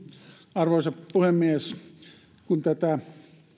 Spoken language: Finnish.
arvoisa puhemies kun tätä